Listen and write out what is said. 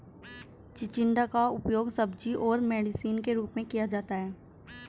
चिचिण्डा का उपयोग सब्जी और मेडिसिन के रूप में किया जाता है